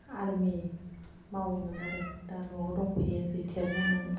army मावोमोन आरो दा न'आव दंफैयो रिथायार जानानै